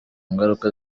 ngaruka